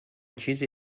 چیزی